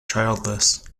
childless